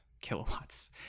kilowatts